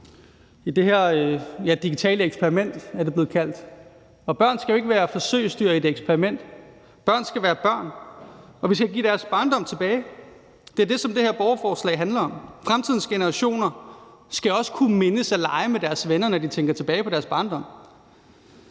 i det her digitale eksperiment, som det er blevet kaldt. Børn skal jo ikke være forsøgsdyr i et eksperiment – børn skal være børn, og vi skal give dem deres barndom tilbage. Det er det, som det her borgerforslag handler om. Fremtidens generationer skal også kunne mindes at lege med deres venner, når de tænker tilbage på deres barndom.